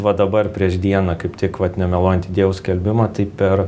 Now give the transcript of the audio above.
va dabar prieš dieną kaip tik vat nemeluojant įdėjau skelbimą tai per